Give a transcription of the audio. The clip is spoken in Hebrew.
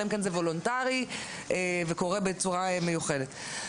אלא אם כן זה וולונטרי וקורה בצורה מיוחדת.